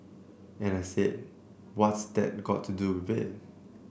and I said what's that got to do with